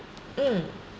mm